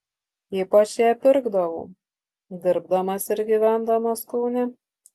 ypač ją pirkdavau dirbdamas ir gyvendamas kaune